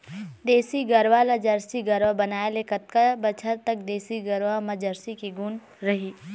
देसी गरवा ला जरसी गरवा बनाए ले कतका बछर तक देसी गरवा मा जरसी के गुण रही?